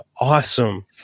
Awesome